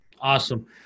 Awesome